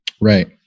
Right